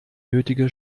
nötige